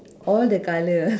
all the colour